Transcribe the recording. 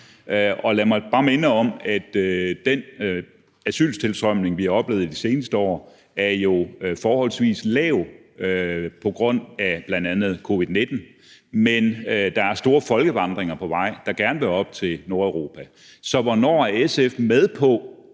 Lad mig bare minde om, at den asyltilstrømning, vi har oplevet i de seneste år, jo er forholdsvis lav på grund af bl.a. covid-19, men der er store folkevandringer på vej, der gerne vil op til Nordeuropa. Så hvornår er SF med på